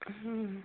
हाँ